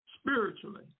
spiritually